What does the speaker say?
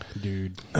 dude